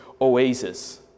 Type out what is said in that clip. oasis